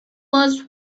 was